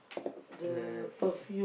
like